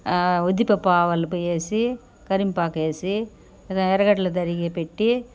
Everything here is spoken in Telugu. ఉద్దిపప్పావాలు వేసి కరివేపాకేసి ఎర్రగడ్డలు తరిగి పెట్టి